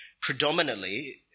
predominantly